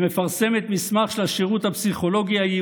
היא מפרסמת מסמך של השירות הפסיכולוגי-ייעוצי